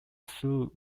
through